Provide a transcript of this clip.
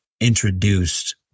introduced